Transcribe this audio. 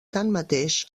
tanmateix